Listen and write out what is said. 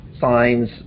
signs